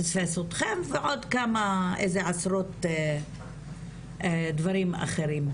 פספס אותכם ועוד כמה איזה עשרות דברים אחרים.